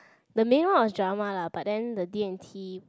the main one was drama lah but then the D and T